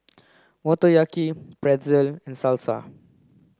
Motoyaki Pretzel and Salsa